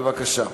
בבקשה.